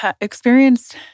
experienced